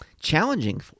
challenging